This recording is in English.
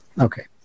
Okay